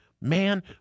Man